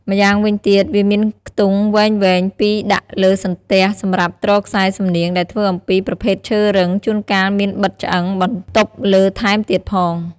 ម្យ៉ាងវិញទៀត វាមានខ្ទង់វែងៗ២ដាក់លើសន្ទះសំរាប់ទ្រខ្សែសំនៀង ដែលធ្វើអំពីប្រភេទឈើរឹង ជួនកាលមានបិទឆ្អឹងបន្ដុបលើថែមទៀតផង។